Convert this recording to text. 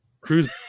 Cruise